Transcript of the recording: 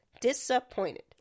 Disappointed